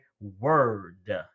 word